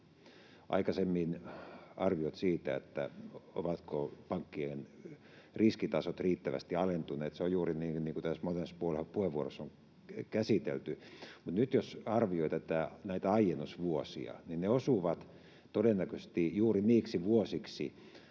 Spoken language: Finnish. Aikaisemmin oli arviot siitä, ovatko pankkien riskitasot riittävästi alentuneet — se on juuri niin, niin kuin tässä monessa puheenvuorossa on käsitelty. Mutta nyt jos arvioi näitä aiennusvuosia, ne osuvat todennäköisesti juuri niiksi vuosiksi,